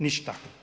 Ništa.